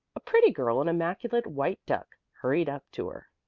a pretty girl in immaculate white duck hurried up to her.